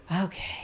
okay